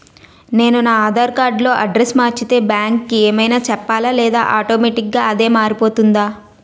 నేను నా ఆధార్ కార్డ్ లో అడ్రెస్స్ మార్చితే బ్యాంక్ కి ఏమైనా చెప్పాలా లేదా ఆటోమేటిక్గా అదే మారిపోతుందా?